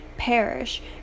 Perish